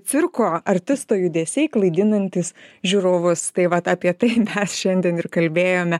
cirko artisto judesiai klaidinantys žiūrovus tai vat apie tai mes šiandien ir kalbėjome